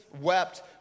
wept